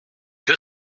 que